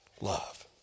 love